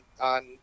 on